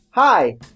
Hi